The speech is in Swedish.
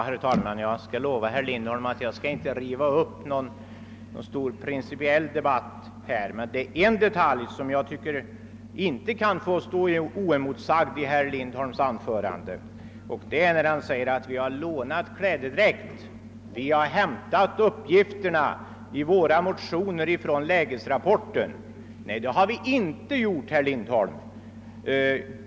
Herr talman! Jag lovar herr Lindholm att jag inte skall riva upp någon stor principiell debatt här, men det är en detalj som jag tycker inte kan få stå oemotsagd i herr Lindholms anförande, nämligen hans uttalande att vi har lånat klädedräkt, att vi har hämtat uppgifterna i våra motioner ifrån lägesrapporten. Nej, det har vi inte gjort, herr Lindholm.